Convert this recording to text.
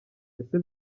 ese